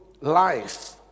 life